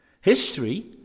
History